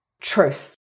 Truth